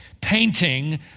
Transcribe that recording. painting